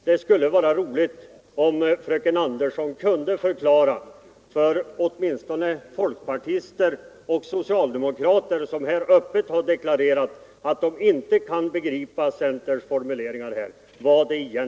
Det skulle vara roligt om fröken Andersson kunde förklara vad centerns formuleringar här egentligen innebär, åtminstone för folkpartister och socialdemokrater som öppet har deklarerat att de inte kan begripa dem.